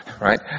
right